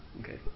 Okay